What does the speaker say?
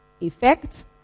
effect